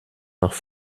nach